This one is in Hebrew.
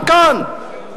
כאן,